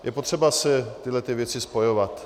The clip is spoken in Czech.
Je potřeba si tyhlety věci spojovat.